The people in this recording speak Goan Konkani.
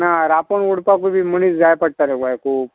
ना रांपोण ओडपाकूय बी मनीस जाय पडटा न्हू बाय खूब